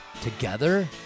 together